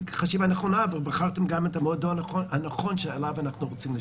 זאת חשיבה נכונה ובחרתם גם את המועדון הנכון שאליו אנחנו רוצים להשתייך.